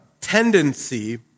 tendency